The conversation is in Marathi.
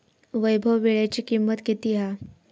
वैभव वीळ्याची किंमत किती हा?